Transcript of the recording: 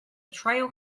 trail